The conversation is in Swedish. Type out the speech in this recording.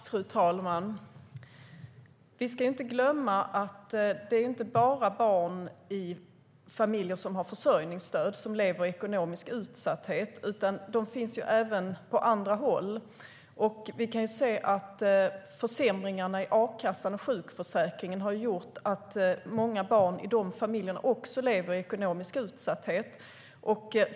Fru talman! Vi ska inte glömma att det inte bara är barn i familjer som har försörjningsstöd som lever i ekonomisk utsatthet, utan de finns även på andra håll. Vi kan se att försämringarna i a-kassan och sjukförsäkringen har gjort att många barn i dessa familjer också lever i ekonomisk utsatthet.